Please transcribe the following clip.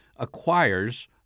acquires